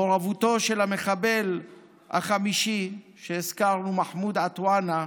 מעורבותו של המחבל החמישי שהזכרנו, מחמוד עטאונה,